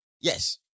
Yes